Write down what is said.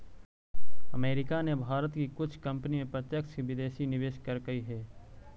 America ने भारत की कुछ कंपनी में प्रत्यक्ष विदेशी निवेश करकई हे